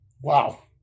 Wow